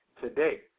today